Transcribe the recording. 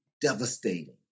devastating